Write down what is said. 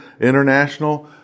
international